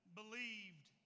believed